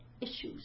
issues